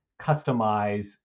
customize